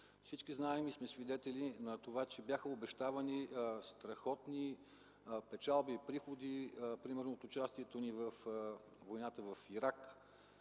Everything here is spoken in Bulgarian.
Всички знаем и сме свидетели на това, че бяха обещавани страхотни печалби и приходи, примерно от участието ни във войната в Ирак.